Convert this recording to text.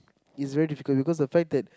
it's very difficult because the fact that